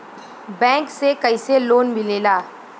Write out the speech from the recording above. Bank से कइसे loan मिलेला?